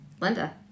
linda